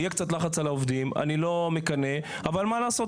אז אנחנו לא רוצים